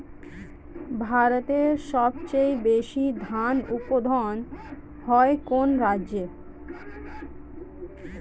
ভারতের সবচেয়ে বেশী ধান উৎপাদন হয় কোন রাজ্যে?